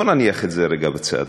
בואו נניח את זה רגע בצד,